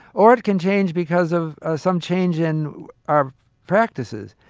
or it can change because of some change in our practices.